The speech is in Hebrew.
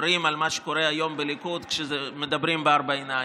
אומרים על מה שקורה היום בליכוד כשמדברים בארבע עיניים,